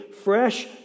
fresh